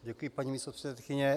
Děkuji, paní místopředsedkyně.